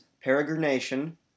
peregrination